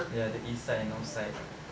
ya the east side and north side